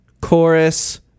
chorus